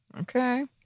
Okay